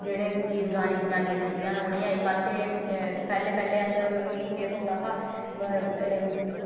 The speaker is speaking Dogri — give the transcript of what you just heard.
जेह्ड़े गीत गाने ही जनानियां जन्दियां न उ'नें अजकल ते पैह्ले पैह्ले अस ई केह् थ्होंदा हा